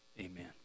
amen